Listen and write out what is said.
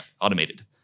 automated